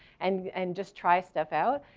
and and just try stuff out.